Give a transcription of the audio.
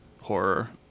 horror